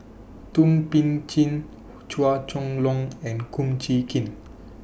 Thum Ping Tjin Chua Chong Long and Kum Chee Kin